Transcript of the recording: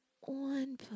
one